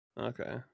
Okay